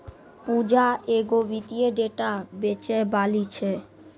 पूजा एगो वित्तीय डेटा बेचैबाली छै